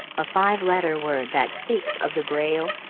a five-letter word that speaks of the grail?